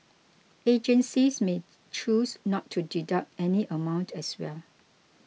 agencies may choose not to deduct any amount as well